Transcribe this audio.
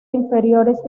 inferiores